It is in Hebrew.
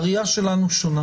הראייה שלנו שונה.